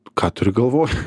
ką turi galvoj